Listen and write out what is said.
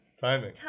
Timing